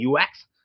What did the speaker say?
UX